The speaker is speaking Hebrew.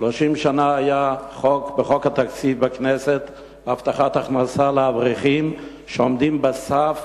30 שנה היה בחוק התקציב בכנסת הבטחת הכנסה לאברכים שעומדים בסף,